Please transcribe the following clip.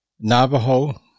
Navajo